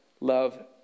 love